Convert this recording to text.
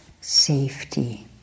safety